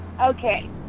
Okay